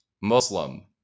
Muslim